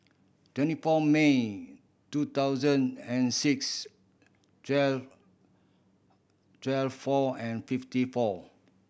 twenty four May two thousand and six twelve twelve four and fifty four